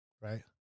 Right